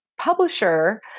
publisher